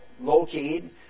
low-keyed